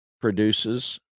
produces